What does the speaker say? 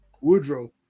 Woodrow